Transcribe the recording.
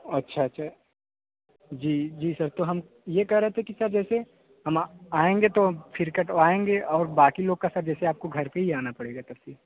अच्छा अच्छा जी जी सर तो हम ये कहाँ रहे थे कि सर जैसे हम आएँगे तो फिर कटवाएँगे और बाकी लोगों का सर जैसे आपको घर पे ही आना पड़ेगा तब फिर